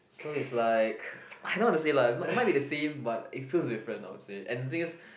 so it's like I don't know how to say lah but it might be the same but it feels different I would say and the thing is